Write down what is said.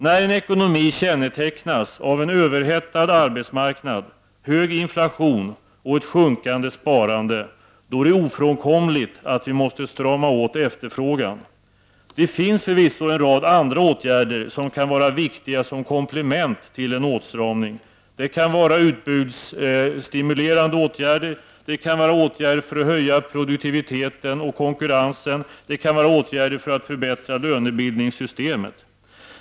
När en ekonomi kännetecknas av en överhettad arbetsmarknad, hög inflation och ett sjunkande sparande, är det ofrånkomligt att vi måste strama åt efterfrågan. Det finns förvisso en rad andra åtgärder som kan vara viktiga som komplement till en åtstramning. Det kan vara utbudsstimulerande åtgärder eller åtgärder för att höja produktiviten och konkurrenskraften. Vidare kan det vara åtgärder för att förbättra lönebildningssystemet.